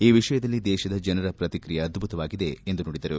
ಈ ವಿಷಯದಲ್ಲಿ ದೇಶದ ಜನರ ಪ್ರತಿಕ್ರಿಯೆ ಅದ್ಭುತವಾಗಿದೆ ಎಂದು ನುಡಿದರು